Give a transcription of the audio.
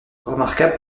remarquable